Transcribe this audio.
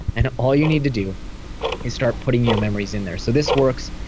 and all you need to do is start putting your memories in there. so this works,